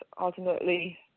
ultimately